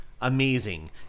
amazing